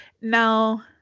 Now